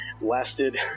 lasted